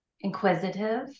inquisitive